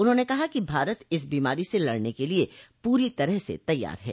उन्होंने कहा कि भारत इस बीमारी से लड़ने के लिए पूरी तरह से तैयार है